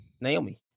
Naomi